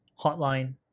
hotline